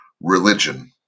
religion